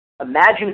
Imagine